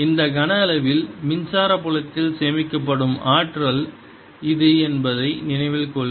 இந்த கன அளவில் மின்சார புலத்தில் சேமிக்கப்படும் ஆற்றல் இது என்பதை நினைவில் கொள்க